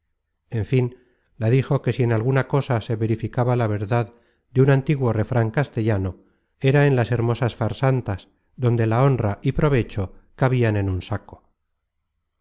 en fin la dijo que si en alguna cosa se veri ficaba la verdad de un antiguo refran castellano era en las hermosas farsantas donde la honra y provecho cabian en un saco